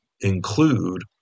include